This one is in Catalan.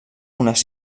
unes